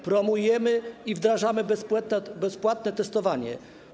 Promujemy i wdrażamy bezpłatne testowanie.